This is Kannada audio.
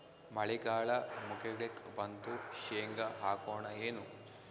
ಮಳಿಗಾಲ ಮುಗಿಲಿಕ್ ಬಂತು, ಶೇಂಗಾ ಹಾಕೋಣ ಏನು?